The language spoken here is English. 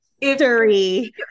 history